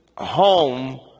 home